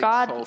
God